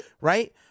Right